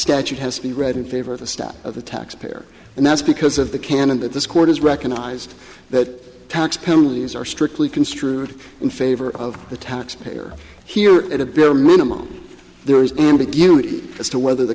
statute has to be read in favor of the staff of the taxpayer and that's because of the candidate this court has recognized that tax penalties are strictly construed in favor of the taxpayer here at a bare minimum there is ambiguity as to whether the